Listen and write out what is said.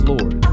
Lord